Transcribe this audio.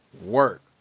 work